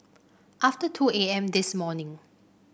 after two A M this morning